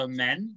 men